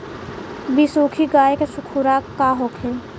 बिसुखी गाय के खुराक का होखे?